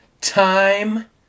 Time